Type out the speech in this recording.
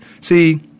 See